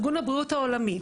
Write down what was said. ארגון הבריאות העולמי,